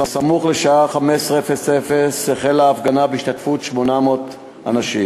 סמוך לשעה 15:00 החלה הפגנה בהשתתפות 800 אנשים.